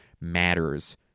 matters